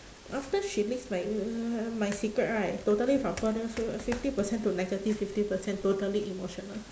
after she leaked my uhh my secret right totally from uh fifty percent to negative fifty percent totally emotional